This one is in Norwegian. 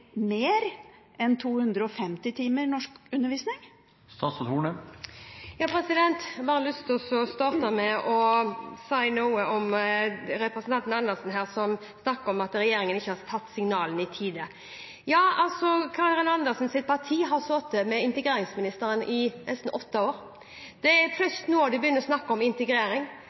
mer enn 250 timer? Jeg har bare lyst til å starte med å si når representanten Andersen snakker om at regjeringen «ikke har tatt signalene i tide», at Karin Andersens parti har sittet med integreringsministeren i nesten åtte år. Det er